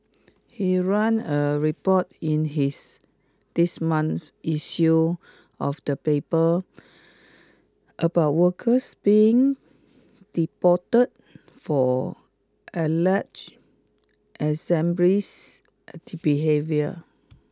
he ran a report in his this month's issue of the paper about workers being deported for alleged extremist behaviour